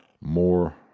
more